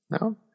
No